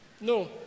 No